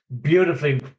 Beautifully